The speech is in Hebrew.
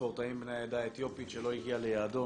לספורטאים בני העדה האתיופית שלא הגיע ליעדו.